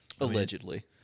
Allegedly